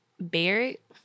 Barrett